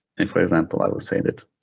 and for example, i will say that,